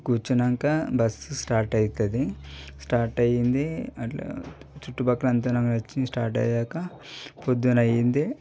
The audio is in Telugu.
కూర్చున్నాక బస్ స్టార్ట్ అవుతుంది స్టార్ట్ అయ్యింది అటు చుట్టు పక్కల అంత నాకు నచ్చింది స్టార్ట్ అయ్యాక పొద్దున్నయ్యింది